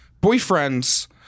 boyfriend's